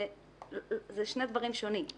אלה שני דברים שונים.